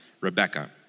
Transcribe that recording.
Rebecca